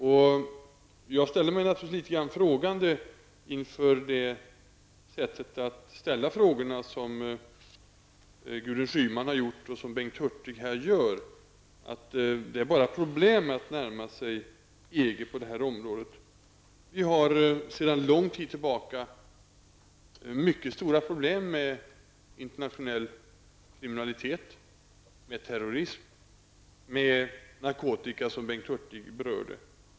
Naturligtvis ställer jag mig litet undrande inför Gudrun Schymans och Bengt Hurtigs sätt att ställa frågorna: att det är bara problem med att närma sig EG på det här området. Vi har sedan en lång tid tillbaka mycket stora problem med internationell kriminalitet, terrorism och narkotika, vilket Bengt Hurtig berörde.